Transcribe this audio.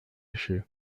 issue